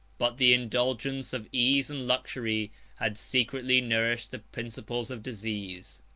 but the indulgence of ease and luxury had secretly nourished the principles of disease.